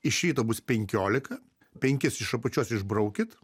iš ryto bus penkiolika penkis iš apačios išbraukit